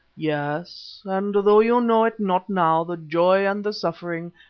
yes, and though you know it not now, the joy and the suffering,